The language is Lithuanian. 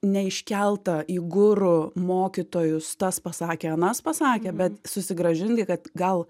neiškeltą į guru mokytojus tas pasakė anas pasakė bet susigrąžinti kad gal